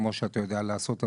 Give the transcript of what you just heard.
כמו שאתה יודע לעשות,